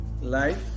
Life